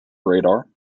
radar